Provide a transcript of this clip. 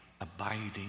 abiding